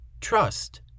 trust